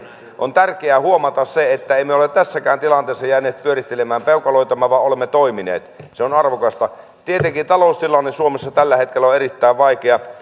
on tärkeää huomata se että emme ole tässäkään tilanteessa jääneet pyörittelemään peukaloitamme vaan olemme toimineet se on arvokasta tietenkin taloustilanne suomessa tällä hetkellä on erittäin vaikea